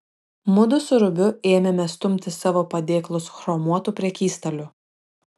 mudu su rubiu ėmėme stumti savo padėklus chromuotu prekystaliu